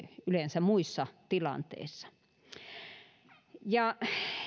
yleensä muissa tilanteissa